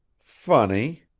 funny,